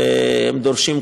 והם דורשים,